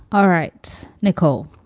all right, nicole.